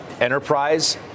enterprise